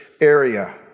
area